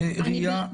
הראייה.